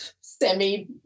semi